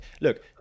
look